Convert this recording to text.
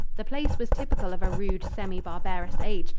the place was typical of a rude, semi-barbarous age,